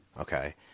okay